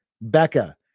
Becca